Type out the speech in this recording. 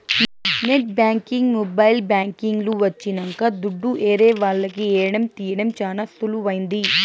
net banking mobile banking లు వచ్చినంక దుడ్డు ఏరే వాళ్లకి ఏయడం తీయడం చానా సులువైంది